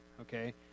Okay